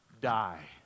die